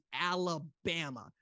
Alabama